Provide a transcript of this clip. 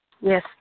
Yes